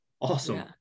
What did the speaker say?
awesome